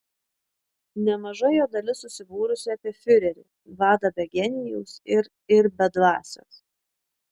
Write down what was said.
nemaža jo dalis susibūrusi apie fiurerį vadą be genijaus ir ir be dvasios